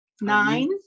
nine